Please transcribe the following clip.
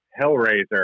Hellraiser